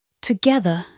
Together